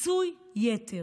"פיצוי יתר".